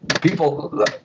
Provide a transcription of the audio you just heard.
people